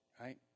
Right